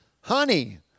Honey